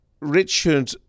Richard